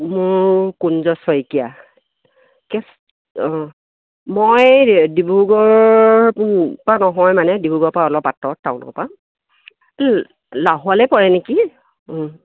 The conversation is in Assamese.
মোৰ কুঞ্জ শইকীয়া কেছ অঁ মই ডিব্ৰুগড়ৰ পৰা নহয় মানে ডিব্ৰুগড়ৰ পৰা অলপ আঁতৰত টাউনৰ পৰা লা লাহোৱালে পৰে নেকি